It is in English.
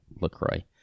LaCroix